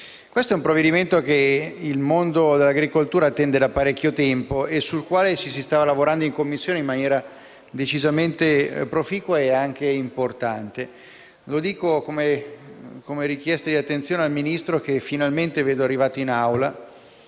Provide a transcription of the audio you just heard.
esame è un provvedimento che il mondo dell'agricoltura attende da parecchio tempo e su cui si è lavorato in Commissione in maniera decisamente proficua e anche importante. Dico questo per richiedere attenzione al Ministro, che - finalmente - vedo presente in Aula,